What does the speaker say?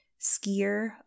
skier